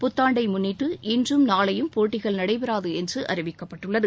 புத்தாண்டை முன்னிட்டு இன்றும் நளையும் போட்டிகள் நடைபெறாது என்று அறிவிக்கப்பட்டுள்ளது